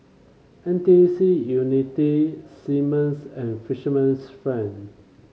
N T U C Unity Simmons and Fisherman's Friend